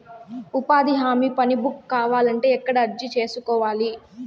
ఉపాధి హామీ పని బుక్ కావాలంటే ఎక్కడ అర్జీ సేసుకోవాలి?